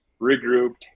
regrouped